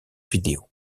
vidéo